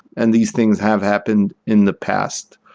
and these things have happened in the past.